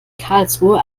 karlsruhe